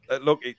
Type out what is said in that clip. look